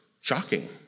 shocking